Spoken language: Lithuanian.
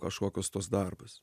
kažkokius tuos darbus